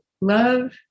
love